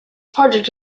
project